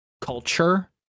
culture